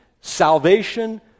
salvation